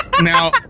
Now